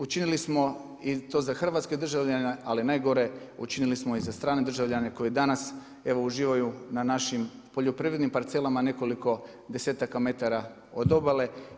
Učinili smo to i za hrvatske državljane, ali najgore učinili smo i za strane državljane koji danas evo uživaju na našim poljoprivrednim parcelama nekoliko desetaka metara od obale.